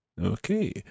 Okay